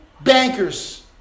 bankers